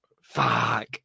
fuck